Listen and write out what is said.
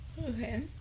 Okay